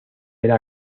era